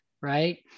right